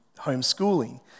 homeschooling